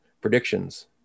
predictions